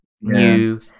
new